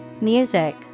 music